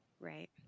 Right